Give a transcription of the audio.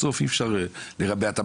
בסוף אי אפשר לרבע את המעגל.